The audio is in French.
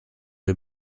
les